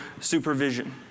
supervision